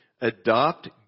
adopt